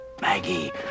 Maggie